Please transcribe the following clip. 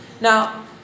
Now